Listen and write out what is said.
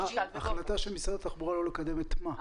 החלטה של משרד התחבורה, לא לקדם את מה?